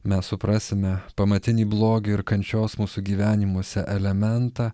mes suprasime pamatinį blogį ir kančios mūsų gyvenimuose elementą